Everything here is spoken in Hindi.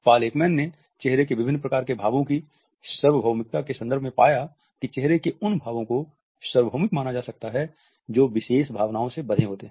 पॉल एकमैन ने चेहरे के विभिन्न प्रकार के भावों की सार्वभौमिकता के संदर्भ में पाया कि चेहरे के उन भावों को सार्वभौमिक माना जा सकता है जो विशेष भावनाओं से बंधे होते हैं